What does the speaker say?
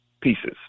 pieces